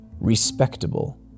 respectable